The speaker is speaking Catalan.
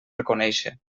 reconèixer